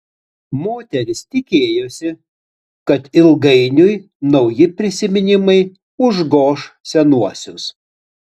moteris tikėjosi kad ilgainiui nauji prisiminimai užgoš senuosius